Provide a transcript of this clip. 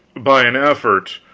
by an effort,